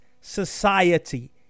society